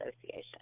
association